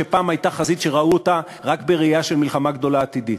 שפעם הייתה חזית שראו אותה רק בראייה של מלחמה גדולה עתידית.